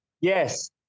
Yes